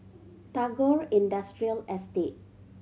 Tagore Industrial Estate